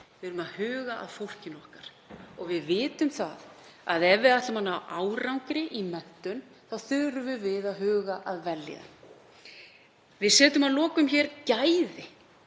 Við erum að huga að fólkinu okkar. Við vitum að ef við ætlum að ná árangri í menntun þá þurfum við að huga að vellíðan. Við setjum að lokum í